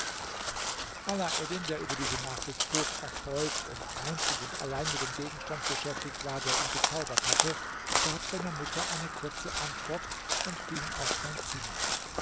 alaeddin der über diese nachricht hoch erfreut und einzig und allein mit dem gegenstand beschäftigt war der ihn bezaubert hatte gab seiner mutter eine kurze antwort und ging auf sein zimmer